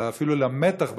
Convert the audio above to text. אלא אפילו למתח בכלל,